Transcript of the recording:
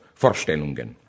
Vorstellungen